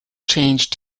changed